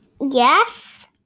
yes